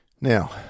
Now